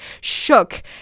shook